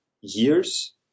years